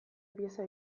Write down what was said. pieza